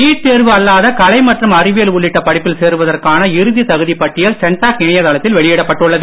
NEET தேர்வு அல்லாத கலை மற்றும் அறிவியல் உள்ளிட்ட படிப்பில் சேர்வதற்கான இறுதி தகுதி பட்டியல் சென்டாக் இணையதளத்தில் வெளியிடப்பட்டுள்ளது